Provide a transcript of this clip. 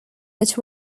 that